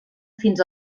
fins